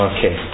Okay